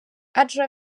адже